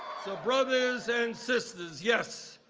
so brothers and sisters, yes,